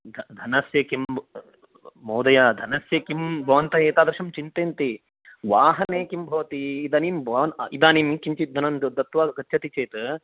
धनस्य किम् महोदय धनस्य किम् भवन्तः एतादृशं चिन्तयन्ति वाहने किं भवति इदानीं भवान् इदानीं किञ्चिद्धनं गच्छति चेत्